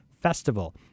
festival